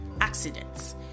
accidents